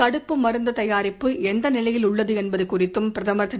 தடுப்பு மருந்து தயாரிப்பு எந்த நிலையில் உள்ளது என்பது குறித்தும் பிரதமர் திரு